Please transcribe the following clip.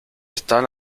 están